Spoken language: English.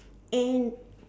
and